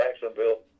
Jacksonville